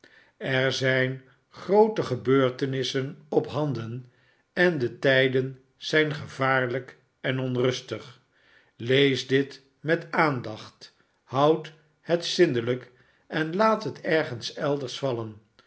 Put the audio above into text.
er zijn groote gebeurtenissen ophanden en de tijden zijn gevaarlijk en onrustig lees dit met aandacht houdt het zindelijk en laat het ergens elders vallen